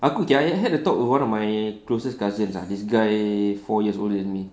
aku okay I I had a talk with one of my closest cousins ah this guy four years older than me